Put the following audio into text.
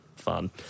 fun